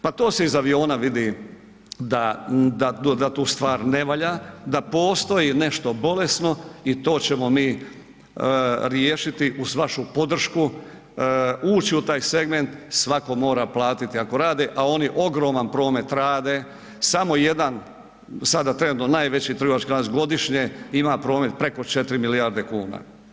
Pa to se iz aviona vidi da tu stvar ne valja, da postoji nešto bolesno i to ćemo mi riješiti uz vašu podršku, ući u taj segment, svako mora platiti ako rade a oni ogroman promet rade, samo jedan sada trenutni najveći trgovački lanac, godišnje ima promet preko 4 milijarde kuna.